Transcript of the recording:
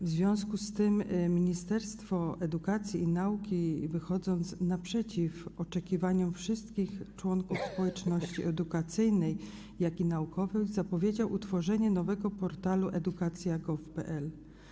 W związku z tym Ministerstwo Edukacji i Nauki, wychodząc naprzeciw oczekiwaniom wszystkich członków społeczności edukacyjnej, jak i naukowej, zapowiedziało utworzenie nowego portalu: edukacja.gov.pl.